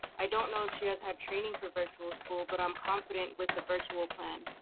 i don't know if she has had training for virtual school, but i'm confident with the virtual plan.